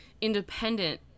independent